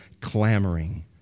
clamoring